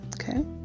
Okay